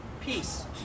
peace